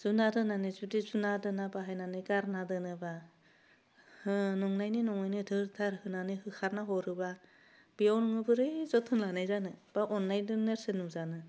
जुनाद होन्नानै जुदि जुनाद होन्ना बाहायनानै गारना दोनोबा होह नंनायनि नङैनो थोर थार होन्नानै होखारना हरोबा बेयाव नोङो बोरै जोथोन लानाय जानो बा अन्नायनि नेरसोन जानो